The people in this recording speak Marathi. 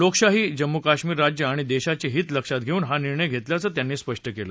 लोकशाही जम्मु काश्मीर राज्य आणि देशाचे हित लक्षात घेऊन हा निर्णय घेतल्याचं त्यांनी सांगितलं